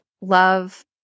love